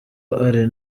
ari